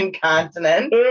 continent